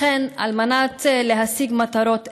לכן, על מנת להשיג מטרות אלה,